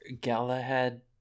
Galahad